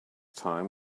time